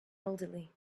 elderly